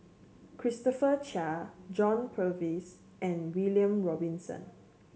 Christopher Chia John Purvis and William Robinson